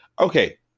Okay